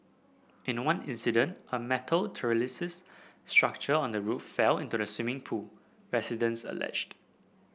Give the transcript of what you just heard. in one incident a metal trellis structure on the roof fell into the swimming pool residents alleged